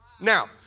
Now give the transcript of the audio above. Now